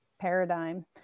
paradigm